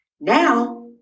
Now